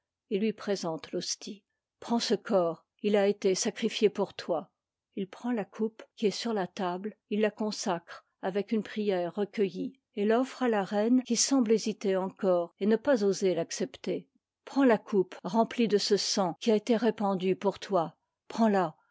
a lui présente m me prends ce corps il a été sacrifié pour toi prend la coupe qui est sur la table il la consacre avec une prière recueillie et l'offre à la reine qui semble hésiter encore et ne pas oser l'accepter prends la coupe remplie de ce sang qui à été répandu pour toi prends-la